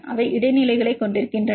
அவை இடைநிலைகளைக் கொண்டிருக்கின்றன